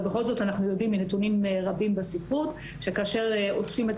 אבל בכל זאת אנחנו יודעים מנתונים רבים בספרות שכאשר אוספים את